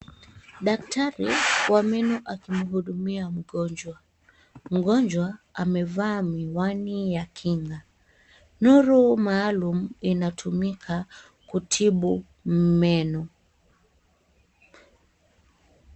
Daktari wa meno akimhudumia mgonjwa. Mgonjwa amevaa miwani ya kinga. Nuru maalum inatumika kutibu meno.